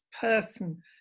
person